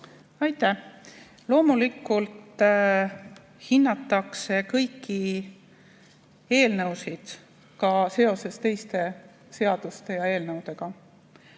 Aitäh! Loomulikult hinnatakse kõiki eelnõusid ka seoses teiste seaduste ja eelnõudega